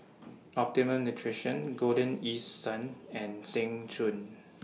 Optimum Nutrition Golden East Sun and Seng Choon